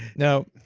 now,